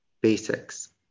basics